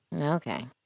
Okay